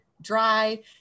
dry